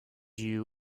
you